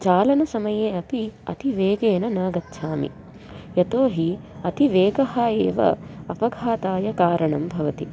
चालनसमये अपि अति वेगेन न गच्छामि यतो हि अति वेगः एव अपघाताय कारणं भवति